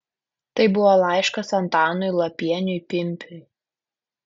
tai buvo laiškas antanui lapieniui pimpiui